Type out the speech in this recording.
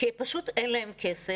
פשוט כי אין להם כסף.